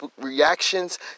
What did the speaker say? reactions